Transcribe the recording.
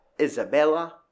Isabella